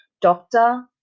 Doctor